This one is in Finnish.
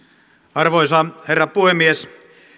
arvoisa herra puhemies